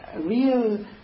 real